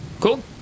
Cool